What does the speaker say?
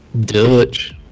Dutch